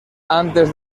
antes